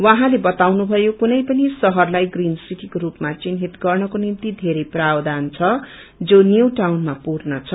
उहाँले बताउनु भयो कुनै पनि शहरलाई ग्रीन सीटीको रूपमा चिन्हित गर्नको निम्ति बेरै प्रावधान छ जो ग्रीन टाउनमा पूर्ण छ